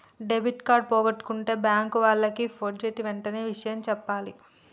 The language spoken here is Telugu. డెబిట్ కార్డు పోగొట్టుకుంటే బ్యేంకు వాళ్లకి ఫోన్జేసి వెంటనే ఇషయం జెప్పాలే